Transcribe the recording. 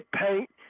paint